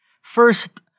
First